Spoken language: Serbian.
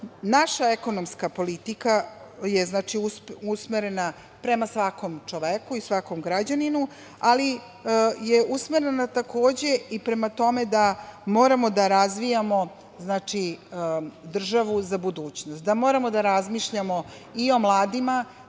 ekonomska politika je usmerena prema svakom čoveku i svakom građaninu, ali je usmerena takođe i prema tome da moramo da razvijamo državu za budućnost, da moramo da razmišljamo i o mladima,